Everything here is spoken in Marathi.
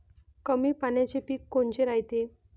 कमी पाण्याचे पीक कोनचे रायते?